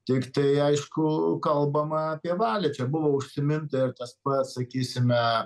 tiktai aišku kalbama apie valią čia buvo užsiminta ir tas pats sakysime